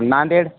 Nanded